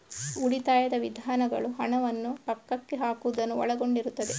ಉಳಿತಾಯದ ವಿಧಾನಗಳು ಹಣವನ್ನು ಪಕ್ಕಕ್ಕೆ ಹಾಕುವುದನ್ನು ಒಳಗೊಂಡಿರುತ್ತದೆ